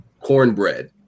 Cornbread